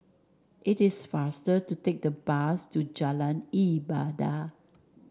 it is faster to take the bus to Jalan Ibadat